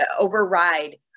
override